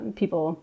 people